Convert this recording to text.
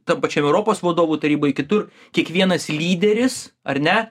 tam pačiam europos vadovų taryboj kitur kiekvienas lyderis ar ne